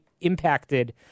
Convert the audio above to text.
impacted